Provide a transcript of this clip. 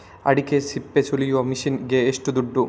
ಅಡಿಕೆ ಸಿಪ್ಪೆ ಸುಲಿಯುವ ಮಷೀನ್ ಗೆ ಏಷ್ಟು ದುಡ್ಡು?